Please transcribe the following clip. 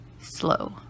slow